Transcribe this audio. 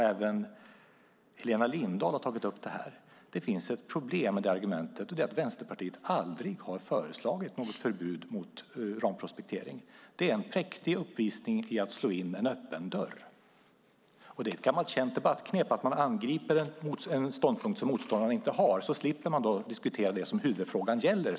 Även Helena Lindahl har tagit upp detta. Det finns ett problem med det argumentet, och det är att Vänsterpartiet aldrig har föreslagit något förbud mot uranprospektering. Det är en präktig uppvisning i att slå in en öppen dörr. Det är ett gammalt känt debattknep att angripa en ståndpunkt som motståndaren inte har, för då slipper man diskutera det huvudfrågan gäller.